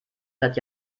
seit